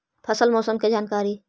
फसल मौसम के जानकारी?